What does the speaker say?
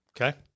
Okay